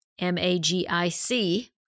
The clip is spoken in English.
M-A-G-I-C